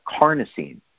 carnosine